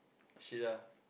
shit lah